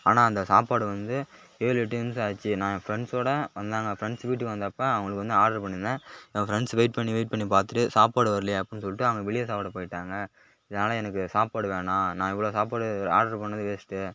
ஆனால் அந்த சாப்பாடு வந்து ஏழு எட்டு நிமிஷம் ஆச்சு நான் என் ஃப்ரெண்ட்ஸோட வந்தாங்க ஃப்ரெண்ட்ஸ் வீட்டுக்கு வந்தப்போ அவங்களுக்கு வந்து ஆடர் பண்ணிருந்தேன் என் ஃப்ரெண்ட்ஸ் வெயிட் பண்ணி வெயிட் பண்ணி பார்த்துட்டு சாப்பாடு வரலயே அப்புடினு சொல்லிட்டு அவனுங்க வெளியே சாப்பிட போயிட்டாங்க இதனால் எனக்கு சாப்பாடு வேணாம் நான் இவ்வளோ சாப்பாடு ஆடர் பண்ணது வேஸ்ட்